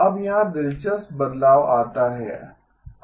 अब यहां दिलचस्प बदलाव आता है